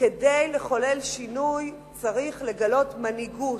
כדי לחולל שינוי צריך לגלות מנהיגות.